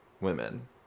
women